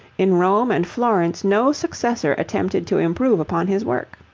in rome and florence no successor attempted to improve upon his work.